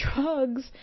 drugs